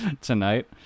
tonight